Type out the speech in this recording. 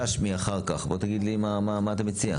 בוא תגיד לי מה אתה מציע?